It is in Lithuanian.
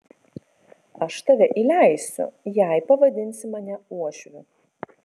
aš tave įleisiu jei pavadinsi mane uošviu